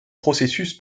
processus